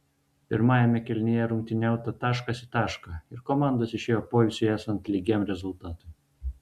pirmajame kėlinyje rungtyniauta taškas į tašką ir komandos išėjo poilsiui esant lygiam rezultatui